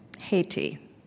Haiti